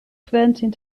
quentin